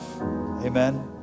Amen